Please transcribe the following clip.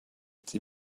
sie